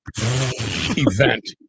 event